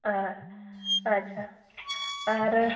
ᱟᱪᱪᱷᱟ ᱟᱨ